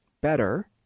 better